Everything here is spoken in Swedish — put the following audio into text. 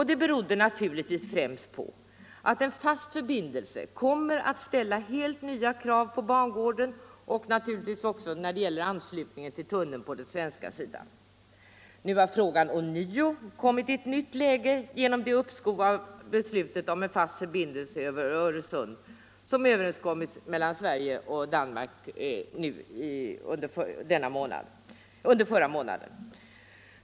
Det berodde naturligtvis främst på att en fast förbindelse kommer att ställa helt nya krav på bangården och när det gäller anslutningen till tunneln på den svenska sidan. Nu har frågan återigen kommit i ett nytt läge genom det uppskov med beslutet om en fast förbindelse över Öresund som överenskommits mellan Sverige och Danmark under förra månaden.